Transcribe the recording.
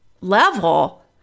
level